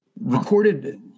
recorded